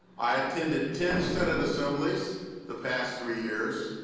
i attended ten synod assemblies the past three years,